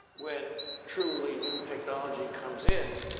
when truly, new technology comes in,